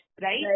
right